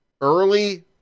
early